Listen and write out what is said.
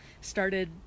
started